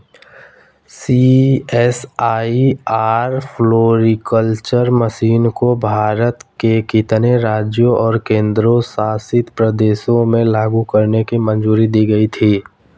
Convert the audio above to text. CSIR floriculture mission को भारत के कितने राज्यों और केंद्र शासित प्रदेशों में लागू करने की मंजूरी दी गई थी?